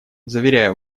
заверяю